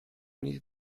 uniti